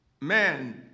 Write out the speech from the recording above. man